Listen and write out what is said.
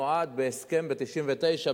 נולד בהסכם ב-1999,